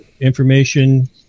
information